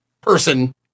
person